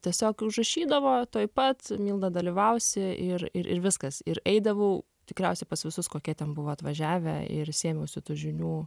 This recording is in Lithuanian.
tiesiog užrašydavo tuoj pat milda dalyvausi ir ir viskas ir eidavau tikriausiai pas visus kokie ten buvo atvažiavę ir sėmiausi tų žinių